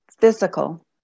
physical